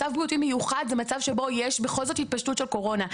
מצב בריאותי מיוחד זה מצב שבו יש בכל זאת התפשטות של קורונה.